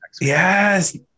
yes